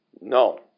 No